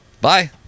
Bye